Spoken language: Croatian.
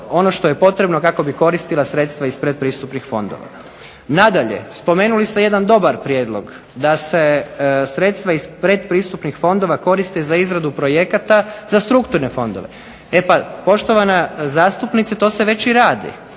ono što je potrebno kako bi koristila sredstva iz pretpristupnih fondova. Nadalje, spomenuli ste jedan dobar prijedlog, da se sredstva iz pretpristupnih fondova koriste za izradu projekata za strukturne fondove. E pa poštovana zastupnice to se već i radi.